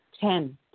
Ten